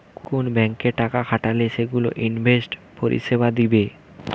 কুন ব্যাংকে টাকা খাটালে সেগুলো ইনভেস্টমেন্ট পরিষেবা দিবে